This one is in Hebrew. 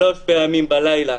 שלוש פעמים בלילה.